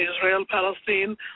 Israel-Palestine